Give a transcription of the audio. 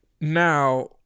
now